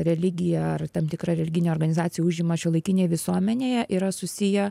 religija ar tam tikra religinė organizacija užima šiuolaikinėj visuomenėje yra susiję